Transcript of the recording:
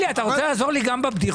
תגיד לי, אתה רוצה לעזור לי גם בבדיחות?